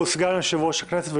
הוא סגן יושב-ראש הכנסת,